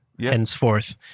henceforth